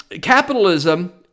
Capitalism